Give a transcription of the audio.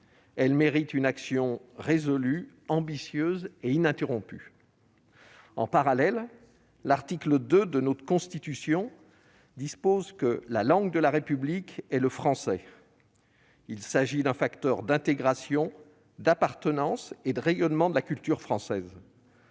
Il mérite une action résolue, ambitieuse et ininterrompue. En parallèle, l'article 2 de notre Constitution dispose que « la langue de la République est le français ». Il s'agit d'un facteur d'intégration, d'appartenance et de rayonnement de la culture française.